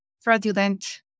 fraudulent